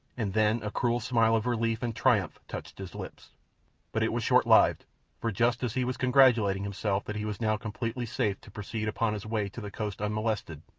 and then a cruel smile of relief and triumph touched his lips but it was short-lived, for just as he was congratulating himself that he was now comparatively safe to proceed upon his way to the coast unmolested,